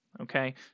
okay